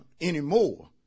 anymore